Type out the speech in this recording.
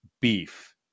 beef